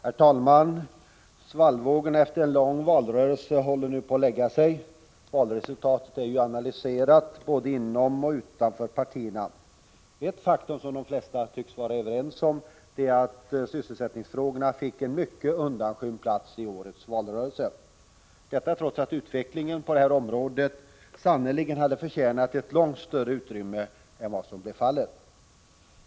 Herr talman! Svallvågorna efter en lång valrörelse håller nu på att lägga sig. Valresultatet är analyserat såväl inom som utanför partierna. Ett faktum som de flesta tycks vara överens om är att sysselsättningsfrågorna fick en mycket undanskymd plats i valrörelsen, trots att utvecklingen på arbetsmarknaden sannerligen hade förtjänat ett långt större utrymme än vad som blev fallet.